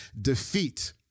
defeat